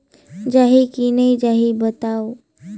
जाही की नइ जाही बताव?